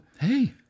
hey